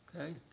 Okay